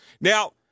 Now